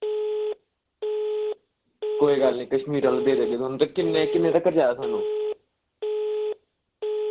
कोई गल्ल नी कश्मीर आह्ला देई देगे थुहानू ते किन्ने किन्ने तकर चाहिदा थुहानू